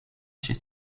chez